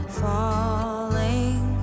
falling